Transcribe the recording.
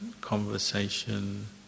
conversation